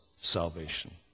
salvation